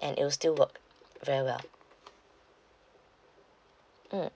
and it will still work very well mm